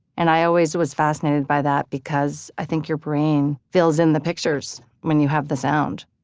and i always was fascinated by that because i think your brain fills in the pictures when you have the sound.